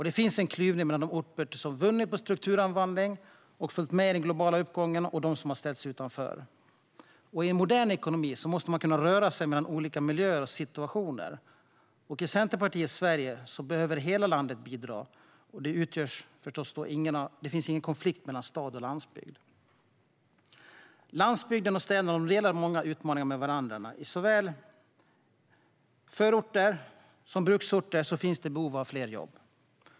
Det finns en klyvning mellan de orter som vunnit på strukturomvandlingen och följt med i den globala uppgången och de som har ställts utanför. I en modern ekonomi måste man kunna röra sig mellan olika miljöer och situationer. I Centerpartiets Sverige behöver hela landet bidra, och det finns ingen konflikt mellan stad och landsbygd. Landsbygden och städerna delar många utmaningar med varandra. I såväl förorter som bruksorter finns behov av fler jobb.